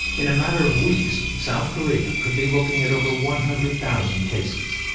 in a matter of weeks, south korea could be looking at over one hundred thousand cases.